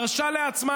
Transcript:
מרשה לעצמה,